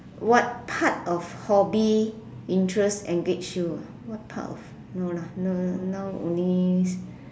what part of hobby interests engage you what part of no lah now only